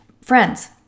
Friends